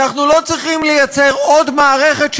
אנחנו לא צריכים ליצור עוד מערכת,